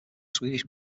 swedish